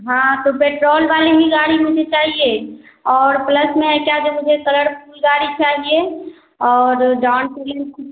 हाँ तो पेट्रोल वाले ही गाड़ी मुझे चाहिए और प्लस में है क्या जो मुझे कलरफुल गाड़ी चाहिए और डाउन पेमेंट